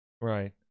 Right